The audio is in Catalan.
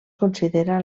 considera